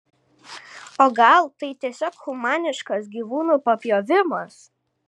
o gal tai tiesiog humaniškas gyvūnų papjovimas